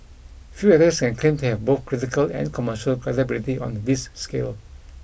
few this can claim to have both critical and commercial credibility on the this scale